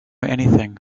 anything